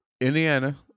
Indiana